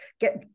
get